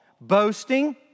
boasting